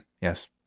yes